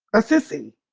a sissy.